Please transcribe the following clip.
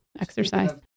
exercise